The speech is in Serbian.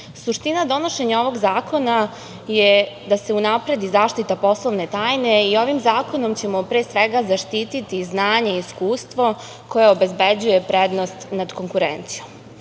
donošenja ovog zakona je da se unapredi zaštita poslovne tajne i ovim zakonom ćemo zaštiti znanje i iskustvo koje obezbeđuje prednost nad konkurencijom.